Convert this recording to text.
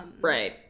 Right